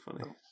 funny